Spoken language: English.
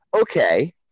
Okay